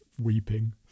weeping